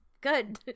good